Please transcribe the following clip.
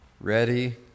ready